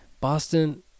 Boston